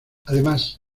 además